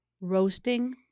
roasting